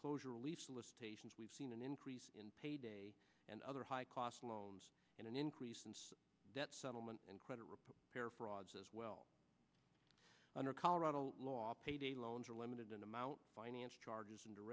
closure relief solicitations we've seen an increase in pay and other high cost loans in an increase in debt settlement and credit report here frauds as well under colorado law payday loans are limited in amount finance charges and